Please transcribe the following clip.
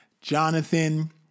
Jonathan